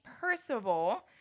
Percival